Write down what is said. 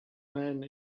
man